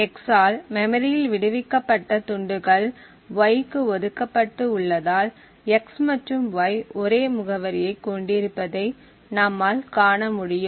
x ஆல் மெமரியில் விடுவிக்கப்பட்ட துண்டுகள் y க்கு ஒதுக்கப்பட்டு உள்ளதால் x மற்றும் y ஒரே முகவரியை கொண்டிருப்பதை நம்மால் காணமுடியும்